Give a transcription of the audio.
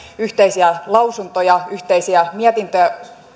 yhteisiä lausuntoja yhteisiä mietintöjä